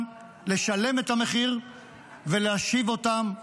לשלם את המחיר ולהשיב אותם הביתה.